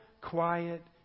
quiet